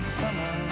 summer